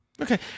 Okay